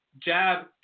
jab